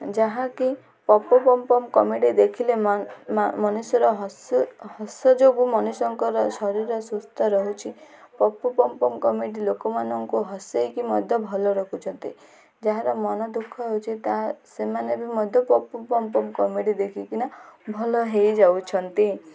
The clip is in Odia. ଯାହାକି ପପୁ ପମ୍ପମ୍ କମେଡ଼ି ଦେଖିଲେ ମନୁଷ୍ୟର ହସ ହସ ଯୋଗୁଁ ମନୁଷ୍ୟଙ୍କର ଶରୀର ସୁସ୍ଥ ରହୁଛି ପପୁ ପମ୍ପମ୍ଙ୍କ କମେଡ଼ି ଲୋକମାନଙ୍କୁ ହସେଇକି ମଧ୍ୟ ଭଲ ରଖୁଛନ୍ତି ଯାହାର ମନ ଦୁଃଖ ହେଉଛି ତାହା ସେମାନେ ବି ମଧ୍ୟ ପପ ପମ୍ପମ୍ କମେଡ଼ି ଦେଖିକିନା ଭଲ ହେଇଯାଉଛନ୍ତି